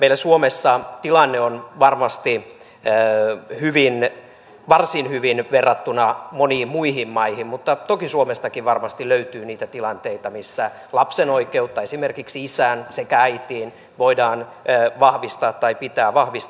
meillä suomessa tilanne on varmasti varsin hyvä verrattuna moniin muihin maihin mutta toki suomestakin varmasti löytyy niitä tilanteita joissa lapsen oikeutta esimerkiksi isään sekä äitiin voidaan vahvistaa tai pitää vahvistaa